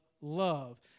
love